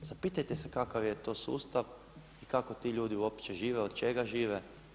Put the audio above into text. Zapitajte se kakav je to sustav, kako ti ljudi uopće žive, od čega žive?